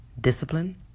Discipline